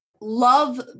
love